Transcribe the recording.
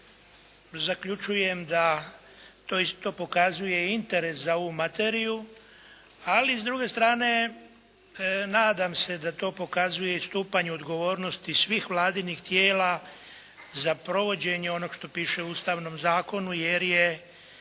puna zaključujem da to pokazuje interes za ovu materiju. Ali s druge strane nadam se da to pokazuje i stupanj odgovornosti svih Vladinih tijela za provođenje onoga što piše u Ustavnom zakonu jer je